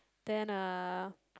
then ah